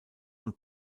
und